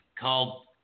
called